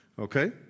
Okay